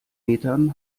metern